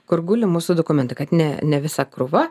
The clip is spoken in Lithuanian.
kur guli mūsų dokumentai kad ne ne visa krūva